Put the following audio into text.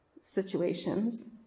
situations